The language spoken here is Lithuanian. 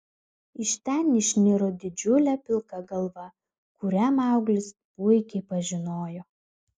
iš ten išniro didžiulė pilka galva kurią mauglis puikiai pažinojo